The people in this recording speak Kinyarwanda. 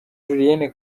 julienne